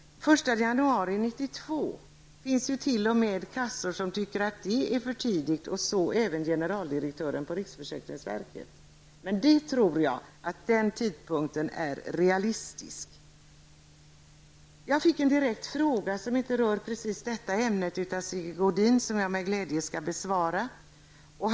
Det finns ju t.o.m. kassor som tycker att den 1 januari 1992 är för tidigt, och så tycker även generaldirektören på riksförsäkringsverket. Men jag tror att den tidpunkten är realistisk. Jag fick en direkt fråga som inte rör precis det här ämnet av Sigge Godin. Den skall jag besvara med glädje.